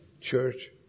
church